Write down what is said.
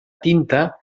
tinta